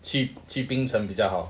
去去槟城比较好